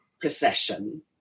procession